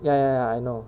ya ya I know